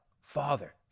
father